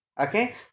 okay